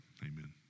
Amen